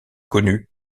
connu